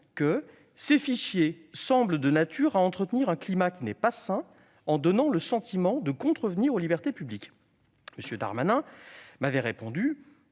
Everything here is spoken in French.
:« Ces fichiers semblent de nature à entretenir un climat qui n'est pas sain, en donnant le sentiment de contrevenir aux libertés publiques. » M. Darmanin m'avait répondu,